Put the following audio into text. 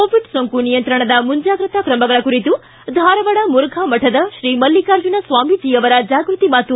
Covid ಸೋಂಕು ನಿಯಂತ್ರಣದ ಮುಂಜಾಗ್ರತಾ ್ರಮಗಳ ಕುರಿತು ಧಾರವಾಡ ಮುರುಘಾಮಠದ ಶ್ರೀ ಮಲ್ಲಿಕಾರ್ಜುನ ಸ್ವಾಮೀಜಿ ಅವರ ಜಾಗೃತಿ ಮಾತು